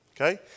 Okay